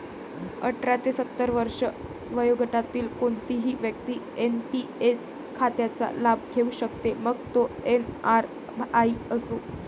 अठरा ते सत्तर वर्षे वयोगटातील कोणतीही व्यक्ती एन.पी.एस खात्याचा लाभ घेऊ शकते, मग तो एन.आर.आई असो